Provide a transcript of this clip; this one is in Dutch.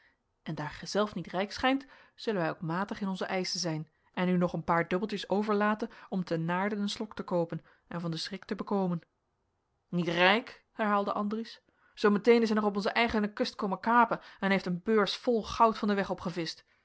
en daar gijzelf niet rijk schijnt zullen wij ook matig in onze eischen zijn en u nog een paar dubbeltjes overlaten om te naarden een slok te koopen en van den schrik te bekomen niet rijk herhaalde andries zoo meteen is hij nog op onze eigene kust komen kapen en heeft een beurs vol goud van den weg